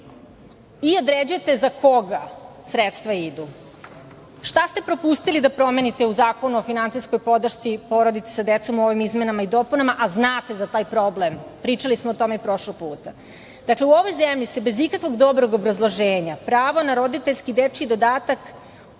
i određujete za koga sredstva idu. Šta ste propustili da promenite u Zakonu o finansijskoj podršci porodici sa decom u ovim izmenama i dopunama, a znate za taj problem, pričali smo o tome prošlog puta? Dakle, u ovoj zemlji se bez ikakvog dobrog obrazloženja pravo na roditeljski dečiji dodatak